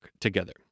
together